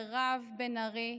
אני רוצה להודות למירב בן ארי,